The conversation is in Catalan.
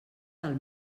del